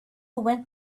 went